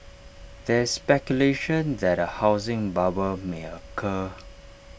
there is speculation that A housing bubble may occur